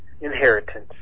inheritance